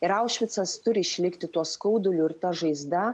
ir aušvicas turi išlikti tuo skauduliu ir ta žaizda